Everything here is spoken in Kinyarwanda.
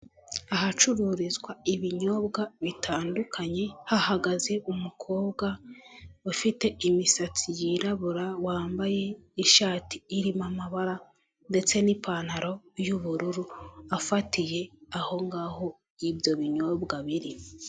Ahacururizwa ibinyobwa bitandukanye, hahagaze umukobwa ufite imisatsi yirabura, wambaye ishati irimo amabara ndetse n'ipantaro y'ubururu, afatiye aho ngaho y'ibyo binyobwa biri.